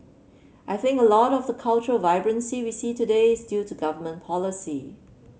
I think a lot of the cultural vibrancy we see today is due to government policy